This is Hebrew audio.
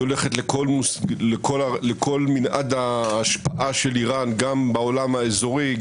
היא הולכת לכל מנעד ההשפעה של אירן גם בעולם האזורי,